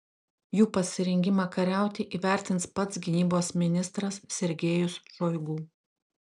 jų pasirengimą kariauti įvertins pats gynybos ministras sergejus šoigu